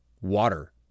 water